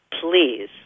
please